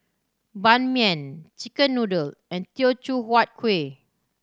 Ban Mian chicken noodle and Teochew Huat Kueh